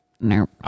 No